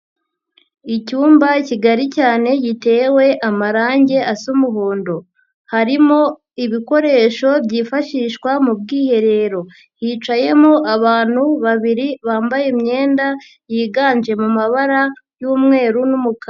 Icyumba kigari cyane gitewe amarangi asa umuhondo. Harimo ibikoresho byifashishwa mu bwiherero. Hicayemo abantu babiri bambaye imyenda yiganje mu mabara y'umweru n'umukara.